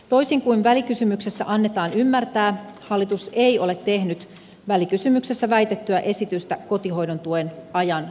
toisin kuin välikysymyksessä annetaan ymmärtää hallitus ei ole tehnyt välikysymyksessä väitettyä esitystä kotihoidon tuen ajan lyhentämisestä